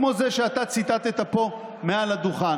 כמו זה שאתה ציטטת פה מעל הדוכן.